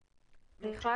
הזמן,